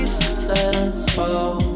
successful